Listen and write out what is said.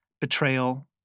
betrayal